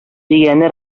дигәне